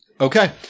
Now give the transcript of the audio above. Okay